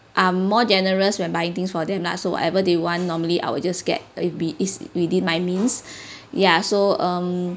are more generous when buying things for them lah so whatever they want normally I will just get if be is within my means yah so um